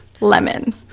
lemon